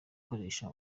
gutoresha